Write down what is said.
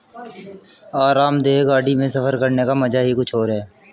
आरामदेह गाड़ी में सफर करने का मजा ही कुछ और है